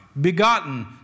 begotten